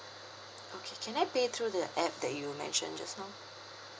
okay can I pay through the app that you mentioned just now